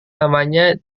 namanya